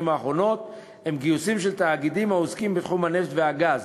האחרונות הם גיוסים של תאגידים העוסקים בתחום הנפט והגז,